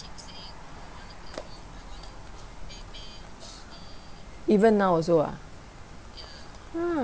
even now also ah